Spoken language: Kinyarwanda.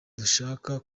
dushaka